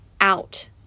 out